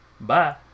Bye